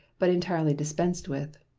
but entirely dispensed with.